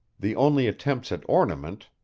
the only attempts at ornament,